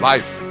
Life